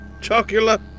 chocolate